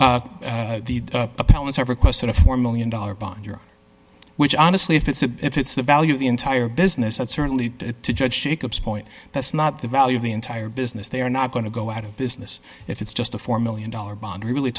have requested a four million dollars bond your which honestly if it's a if it's the value of the entire business that's certainly to judge shakeups point that's not the value of the entire business they are not going to go out of business if it's just a four million dollars bond really